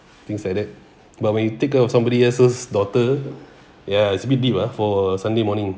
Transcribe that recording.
things like that but when you take care of somebody else's daughter ya it's a bit deep ah for a sunday morning